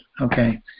okay